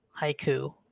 haiku